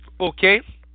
okay